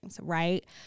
Right